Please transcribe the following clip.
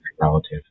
relative